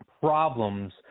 problems